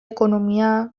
ekonomia